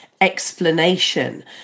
explanation